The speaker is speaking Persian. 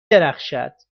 درخشد